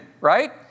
right